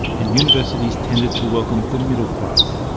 and universities tended to welcome the middle class.